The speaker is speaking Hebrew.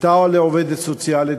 והייתה לעובדת סוציאלית,